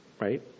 Right